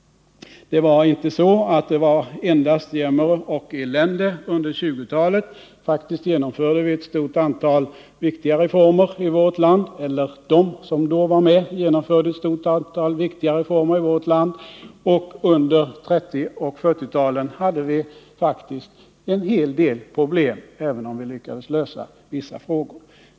Det var inte så att det var endast jämmer och elände under 1920-talet. Faktiskt genomförde vi — eller de som då var med — ett stort antal viktiga reformer i vårt land. Och under 1930 och 1940-talen hade vi faktiskt en hel del problem, även om vi lyckades lösa vissa.